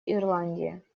ирландии